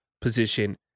position